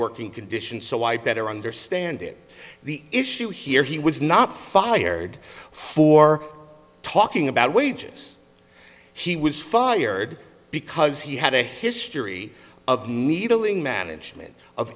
working conditions so i better understand it the issue here he was not fired for talking about wages he was fired because he had a history of needle in management of